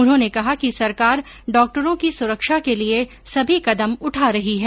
उन्होंने कहा कि सरकार डॉक्टरों की सुरक्षा के लिये सभी कदम उठा रही है